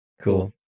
Cool